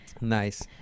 Nice